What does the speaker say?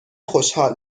خوشحال